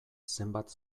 zenbat